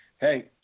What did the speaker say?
hey